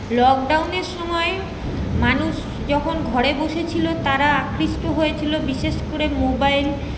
লকডাউনের সময় মানুষ যখন ঘরে বসেছিল তারা আকৃষ্ট হয়েছিল বিশেষ করে মোবাইল